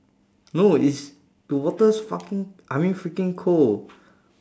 no it's the water's fucking I mean freaking cold